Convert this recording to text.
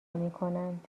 میکنند